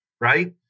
right